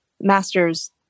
master's